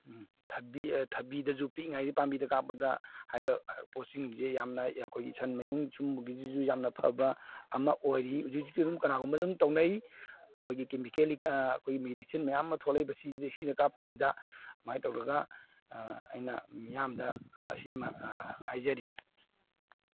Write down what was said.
ꯊꯕꯤ ꯊꯕꯤꯗꯁꯨ ꯄꯤꯛꯏꯉꯩꯒꯤ ꯄꯥꯝꯕꯤꯗ ꯀꯥꯞꯞꯗ ꯍꯥꯏꯕ ꯄꯣꯠꯁꯤꯡꯁꯤ ꯌꯥꯝꯅ ꯑꯩꯈꯣꯏꯒꯤ ꯁꯟ ꯃꯌꯨꯡ ꯁꯨꯝꯕꯒꯤꯁꯤꯁꯨ ꯌꯥꯝꯅ ꯐꯕ ꯑꯃ ꯑꯣꯏꯔꯤ ꯍꯧꯖꯤꯛ ꯍꯧꯖꯤꯛꯀꯤ ꯑꯗꯨꯝ ꯀꯅꯥꯒꯨꯝꯕꯗꯤ ꯑꯗꯨꯝ ꯇꯧꯅꯩ ꯑꯩꯈꯣꯏꯒꯤ ꯀꯦꯃꯤꯀꯦꯜꯂꯤ ꯃꯦꯗꯤꯁꯤꯟ ꯃꯌꯥꯝ ꯑꯃ ꯊꯣꯛꯂꯛꯏꯕꯁꯤ ꯁꯤꯅ ꯀꯥꯞꯇꯕꯤꯗ ꯑꯗꯨꯃꯥꯏꯅ ꯇꯧꯔꯒ ꯑꯩꯅ ꯃꯤꯌꯥꯝꯗ ꯑꯁꯤꯃ ꯍꯥꯏꯖꯔꯤ